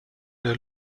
der